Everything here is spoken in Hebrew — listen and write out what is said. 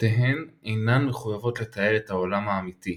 שתיהן אינן מחויבות לתאר את העולם ה"אמיתי"